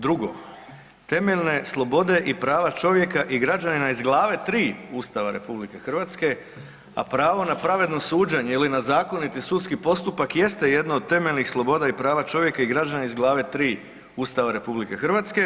Drugo, temeljne slobode i prava čovjeka i građanina iz Glave III Ustava RH, a pravo na pravedno suđenje ili na zakoniti sudski postupak jeste jedno od temeljnih sloboda i prava čovjeka i građanina iz Glave III Ustava RH.